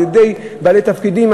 על-ידי בעלי תפקידים,